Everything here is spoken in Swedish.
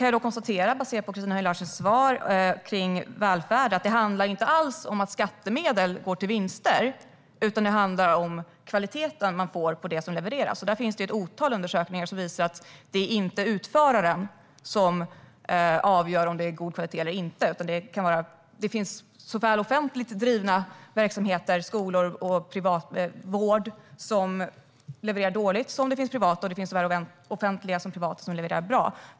Jag hör på Christina Höj Larsens svar om välfärden att det inte alls handlar om att skattemedel går till vinster utan om kvaliteten på det som levereras. Ett otal undersökningar visar att kvaliteten inte avgörs av om utföraren är offentlig eller privat. Det finns såväl offentliga som privata utförare som levererar dåligt, och det finns såväl offentliga som privata som levererar bra.